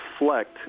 reflect